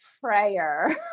prayer